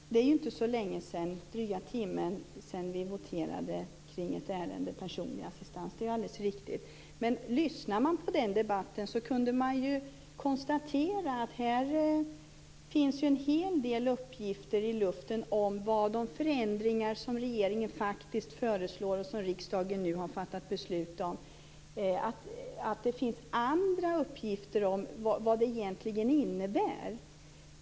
Fru talman! Det är inte så länge sedan, bara dryga timmen, vi voterade kring ärendet personlig assistans. Det är alldeles riktigt. Men lyssnade man till den debatten kunde man konstatera att det fanns en hel del uppgifter i luften om vad de förändringar som regeringen föreslår och som riksdagen nu har fattat beslut om faktiskt innebär.